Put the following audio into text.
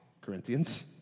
Corinthians